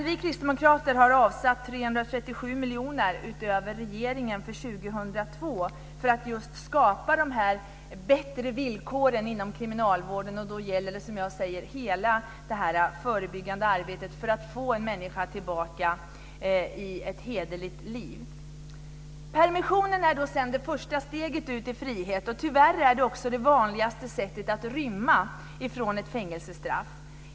Vi kristdemokrater har avsatt 337 miljoner utöver regeringen till 2002 för att skapa förbättrade villkor inom kriminalvården. Då gäller det som jag ser det hela det förebyggande arbetet för att få en människa tillbaka till ett hederligt liv. Permissionen är det första steget ut i friheten, och tyvärr är det också det vanligaste sättet att rymma från ett fängelsestraff.